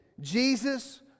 Jesus